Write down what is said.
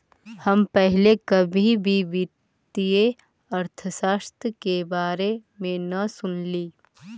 हम पहले कभी भी वित्तीय अर्थशास्त्र के बारे में न सुनली